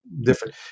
different